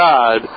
God